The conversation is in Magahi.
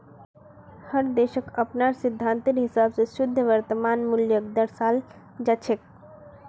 हर देशक अपनार सिद्धान्तेर हिसाब स शुद्ध वर्तमान मूल्यक दर्शाल जा छेक